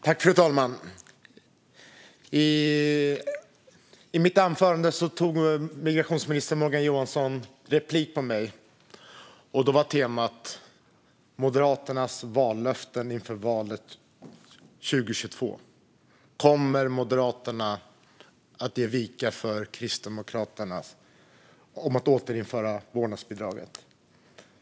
Fru talman! När jag hade hållit mitt anförande tog migrationsminister Morgan Johansson replik på mig. Temat var Moderaternas vallöften inför valet 2022. Kommer Moderaterna att ge vika för Kristdemokraternas vilja att återinföra vårdnadsbidraget?